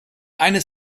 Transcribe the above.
eine